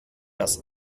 das